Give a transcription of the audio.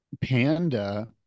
Panda